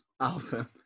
album